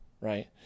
right